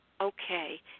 okay